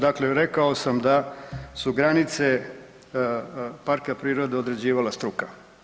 Dakle, rekao sam da su granice parka prirode određivala struka.